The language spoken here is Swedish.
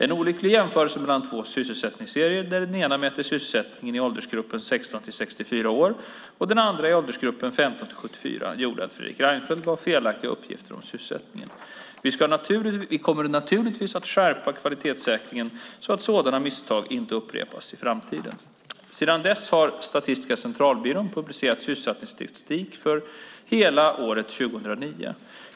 En olycklig jämförelse mellan två sysselsättningsserier - där den ena mätte sysselsättningen i åldersgruppen 16-64 år och den andra i åldersgruppen 15-74 år - gjorde att Fredrik Reinfeldt gav felaktiga uppgifter om sysselsättningen. Vi kommer naturligtvis att skärpa kvalitetssäkringen så att sådana misstag inte upprepas i framtiden. Sedan dess har Statistiska centralbyrån publicerat sysselsättningsstatistik för hela året 2009.